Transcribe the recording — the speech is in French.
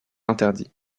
interdits